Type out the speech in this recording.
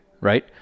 right